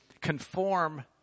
conform